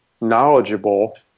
knowledgeable